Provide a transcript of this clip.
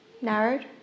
Narrowed